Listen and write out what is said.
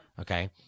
Okay